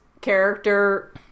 character